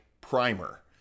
Primer